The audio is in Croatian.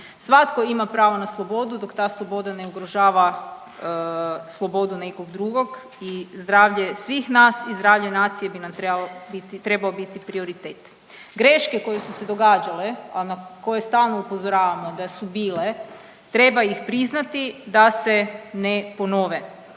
Svatko ima pravo na slobodu dok ta sloboda ne ugrožava slobodu nekog drugog i zdravlje svih nas i zdravlje nacije bi nam trebao biti prioritet. Greške koje su se događale, a na koje stalno upozoravamo da su bile treba ih priznati da se ne ponove.